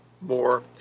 more